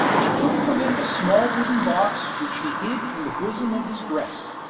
and took from it a small wooden box, which he hid in the bosom of his dress,